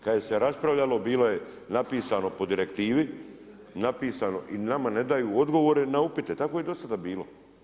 Kada se raspravljalo bilo je napisano po direktivi, napisano, i nama ne daju odgovore na upite, tako je do sada bilo.